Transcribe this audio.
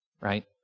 right